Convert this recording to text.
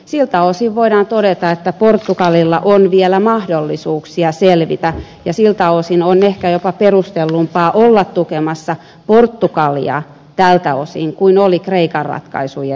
siltä osin voidaan todeta että portugalilla on vielä mahdollisuuksia selvitä ja siltä osin on ehkä jopa perustellumpaa olla tukemassa portugalia tältä osin kuin oli tukea kreikan ratkaisuja